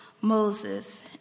Moses